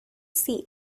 see